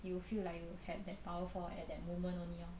you feel like you had that power for at that moment